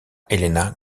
helena